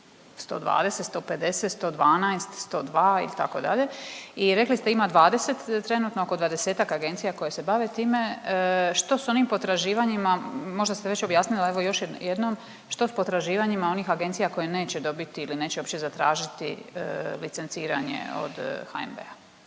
120, 150, 112, 102 itd.? I rekli ste ima 20, trenutno oko 20-tak agencija koje se bave time, što s onim potraživanjima, možda ste već objasnili, evo još jednom, što s potraživanjima onih agencija koje neće dobiti ili neće uopće zatražiti licenciranje od HNB-a?